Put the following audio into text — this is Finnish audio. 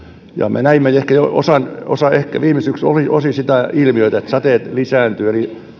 me näimme ehkä jo viime syksynä osin sitä ilmiötä että sateet lisääntyvät eli